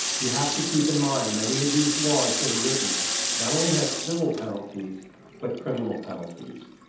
you have to keep in mind many of these laws that are written not only have civil penalties but criminal penalties.